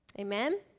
Amen